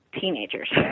teenagers